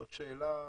זאת שאלה